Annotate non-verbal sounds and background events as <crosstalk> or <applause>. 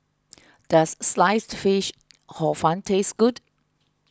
<noise> does Sliced Fish Hor Fun taste good